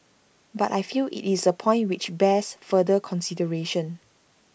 but I feel IT is A point which bears further consideration